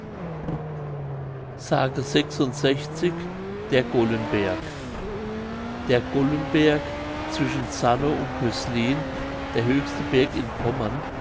der gollenberg der gollenberg zwischen zanow und cöslin der höchste berg in pommern